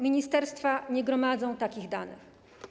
Ministerstwa nie gromadzą takich danych.